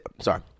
Sorry